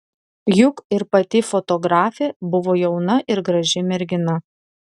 juk ir pati fotografė buvo jauna ir graži mergina